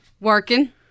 Working